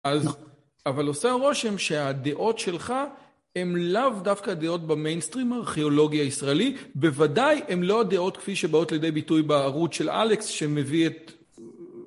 אבל עושה רושם שהדעות שלך הן לאו דווקא הדעות במיינסטרים, ארכיאולוגיה ישראלי, בוודאי הן לא הדעות כפי שבאות לידי ביטוי בערוץ של אלכס, שמביא את...